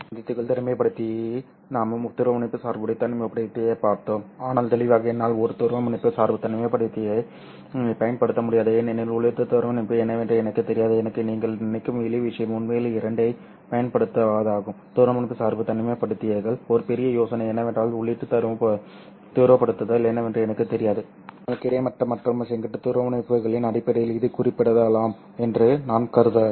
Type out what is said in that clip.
முந்தைய தொகுதியில் தனிமைப்படுத்தி நாம் துருவமுனைப்பு சார்புடைய தனிமைப்படுத்தியைப் பார்த்தோம் ஆனால் தெளிவாக என்னால் ஒரு துருவமுனைப்பு சார்பு தனிமைப்படுத்தியைப் பயன்படுத்த முடியாது ஏனெனில் உள்ளீட்டு துருவமுனைப்பு என்னவென்று எனக்குத் தெரியாது எனவே நீங்கள் நினைக்கும் எளிய விஷயம் உண்மையில் இரண்டைப் பயன்படுத்துவதாகும் துருவமுனைப்பு சார்பு தனிமைப்படுத்திகள் ஒரு பெரிய யோசனை என்னவென்றால் உள்ளீட்டு துருவப்படுத்தல் என்னவென்று எனக்குத் தெரியாது ஆனால் கிடைமட்ட மற்றும் செங்குத்து துருவமுனைப்புகளின் அடிப்படையில் இது குறிப்பிடப்படலாம் என்று நான் கருதலாம்